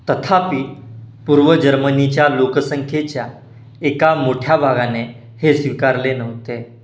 तथापि पूर्व जर्मनीच्या लोकसंख्येच्या एका मोठ्या भागाने हे स्वीकारले नव्हते